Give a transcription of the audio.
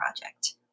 project